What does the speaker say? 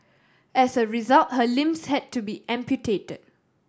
as a result her limbs had to be amputated